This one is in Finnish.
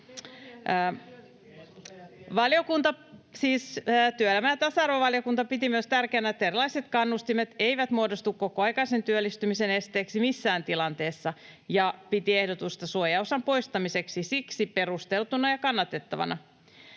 työelämä- ja tasa-arvovaliokunta, piti myös tärkeänä, että erilaiset kannustimet eivät muodostu kokoaikaisen työllistymisen esteeksi missään tilanteessa, ja piti ehdotusta suojaosan poistamiseksi siksi perusteltuna ja kannatettavana.